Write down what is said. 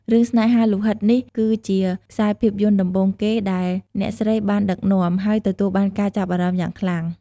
រឿង ស្នេហាលោហិតនេះគឺជាខ្សែភាពយន្តដំបូងគេដែលអ្នកស្រីបានដឹកនាំ ហើយទទួលបានការចាប់អារម្មណ៍យ៉ាងខ្លាំង។